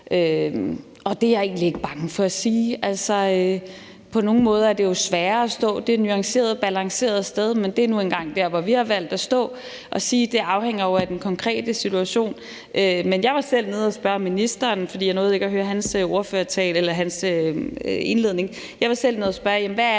Det er jeg egentlig ikke bange for at sige. På nogle måder er det sværere at stå det nuancerede og balancerede sted, men det er nu engang der, hvor vi har valgt at stå og sige, at det jo afhænger af den konkrete situation. Jeg var selv nede at spørge ministeren, fordi jeg ikke nåede at høre hans indledning, hvad de gode eksempler på, hvor en